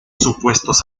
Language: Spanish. supuestos